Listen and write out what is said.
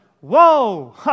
whoa